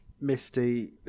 Misty